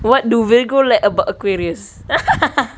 what do virgo like about aquarius